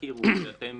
שתכירו כשאתם